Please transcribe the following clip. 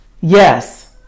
Yes